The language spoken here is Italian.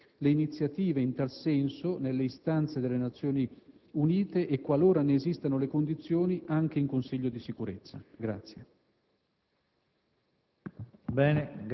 sostenendo ugualmente le iniziative in tal senso nelle istanze delle Nazioni Unite e, qualora ne esistano le condizioni, anche in Consiglio di Sicurezza».